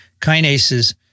kinases